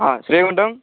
ஆ Srivaikuntam